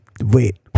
Wait